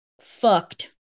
Fucked